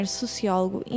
sociólogo